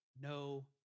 no